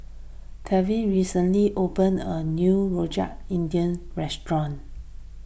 Tevin recently opened a new Rojak Indian restaurant